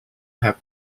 have